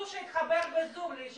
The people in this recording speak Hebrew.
שהוא יתחבר לישיבה ב-זום.